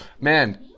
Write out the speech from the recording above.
Man